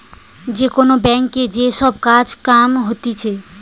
যে কোন ব্যাংকে যে সব কাজ কাম হতিছে